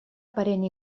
aparent